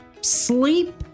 sleep